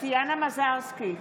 טטיאנה מזרסקי,